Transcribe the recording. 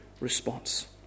response